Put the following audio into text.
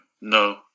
No